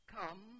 come